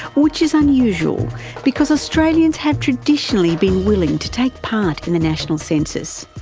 which is unusual because australians have traditionally been willing to take part in the national census.